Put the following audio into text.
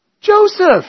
Joseph